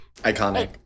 iconic